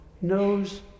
knows